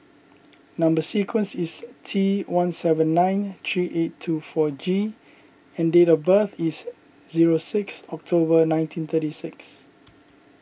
Number Sequence is T one seven nine three eight two four G and date of birth is zero six October nineteen thirty six